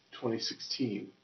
2016